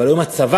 אבל היום הצבא,